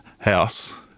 house